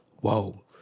Whoa